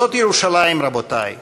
זאת ירושלים, רבותי,